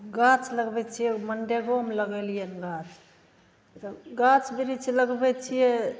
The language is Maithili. गाछ लगबैत छियै मनरेगोमे लगेलियै हन गाछ तब गाछ बिरिछ लगबैत छियै